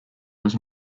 was